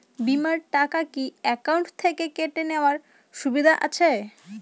বিমার টাকা কি অ্যাকাউন্ট থেকে কেটে নেওয়ার সুবিধা আছে?